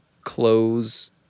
close